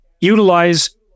utilize